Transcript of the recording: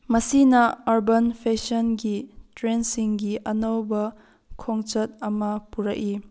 ꯃꯁꯤꯅ ꯑꯔꯕꯥꯟ ꯐꯦꯁꯟꯒꯤ ꯇ꯭ꯔꯦꯟꯁꯤꯡꯒꯤ ꯑꯅꯧꯕ ꯈꯣꯡꯆꯠ ꯑꯃ ꯄꯨꯔꯛꯏ